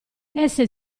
esse